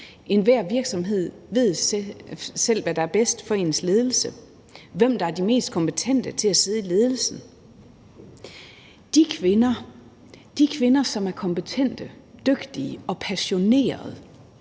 Enhver virksomhed ved selv, hvad der er bedst for dens ledelse, hvem der er de mest kompetente til at sidde i ledelsen. De kvinder, som er kompetente, dygtige og passionerede,